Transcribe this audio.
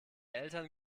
eltern